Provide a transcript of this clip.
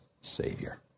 Savior